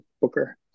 booker